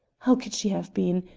how could she have been?